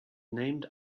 named